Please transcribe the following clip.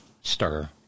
stir